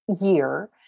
year